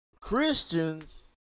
Christians